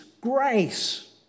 grace